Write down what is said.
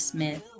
Smith